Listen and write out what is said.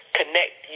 connect